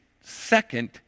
second